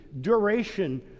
duration